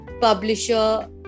publisher